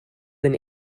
than